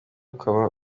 ukaba